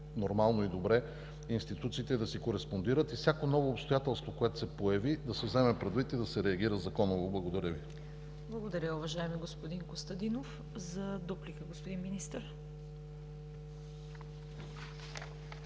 нормално и добре институциите да си кореспондират и всяко ново обстоятелство, което се появи, да се вземе предвид и да се реагира законово. Благодаря Ви. ПРЕДСЕДАТЕЛ ЦВЕТА КАРАЯНЧЕВА: Благодаря, уважаеми господин Костадинов. За дуплика – господин Министър!